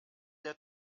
der